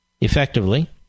effectively